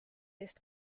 eest